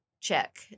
check